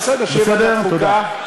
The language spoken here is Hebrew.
בסדר, שיהיה ועדת חוקה.